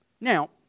Now